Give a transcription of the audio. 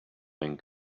and